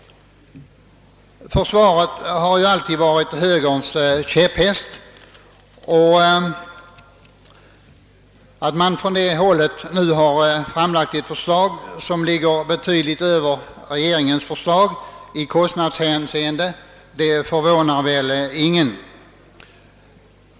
Försvaret har ju alltid varit högerns käpphäst. Att man från det hållet nu framlagt ett förslag, som ligger betydligt över regeringens i kostnadshänseende, förvånar väl ingen.